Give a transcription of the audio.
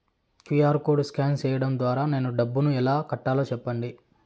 QR code scan సేయడం ద్వారా నేను డబ్బును ఎలా కట్టాలో సెప్పండి?